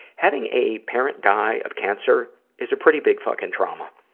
having a parent die of cancer is a pretty big fucking trauma.